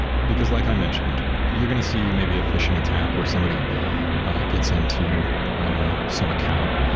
because like i mentioned, you're going to see maybe a phishing attack where somebody gets into, i don't know, some account,